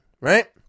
right